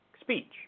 speech